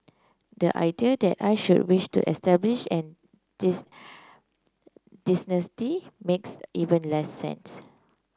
the idea that I should wish to establish a makes even less sense